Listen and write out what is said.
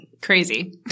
crazy